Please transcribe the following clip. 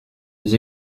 des